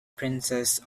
princess